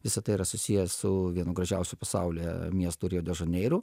visa tai yra susiję su vienu gražiausių pasaulyje miestų rio de žaneiru